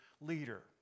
leader